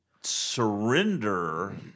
surrender